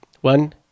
One